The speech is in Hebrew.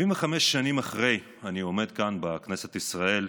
75 שנים אחרי אני עומד בכנסת ישראל,